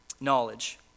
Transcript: knowledge